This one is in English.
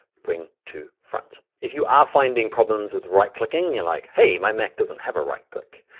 bring to front. if you are finding problems with right-clicking, you're like, hey my mac doesn't have a right-click.